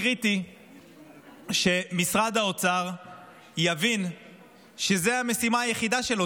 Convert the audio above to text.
וקריטי שמשרד האוצר יבין שזאת המשימה היחידה שלו.